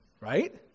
right